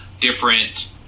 different